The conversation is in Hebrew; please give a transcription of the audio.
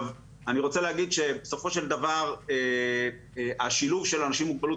אני רוצה להגיד שבסופו של דבר השילוב של אנשים עם מוגבלות,